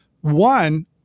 one